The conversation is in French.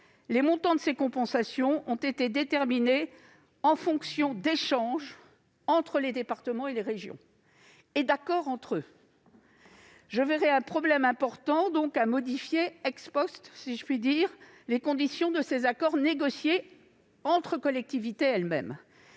les montants de ces compensations ont été déterminés en fonction d'échanges entre les départements et les régions et d'accords entre eux. Je verrais un problème important à modifier les conditions de ces accords négociés entre collectivités territoriales.